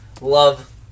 Love